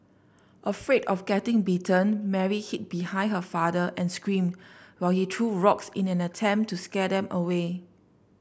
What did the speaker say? afraid of getting bitten Mary hid behind her father and screamed while he threw rocks in an attempt to scare them away